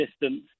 distance